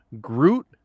groot